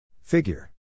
Figure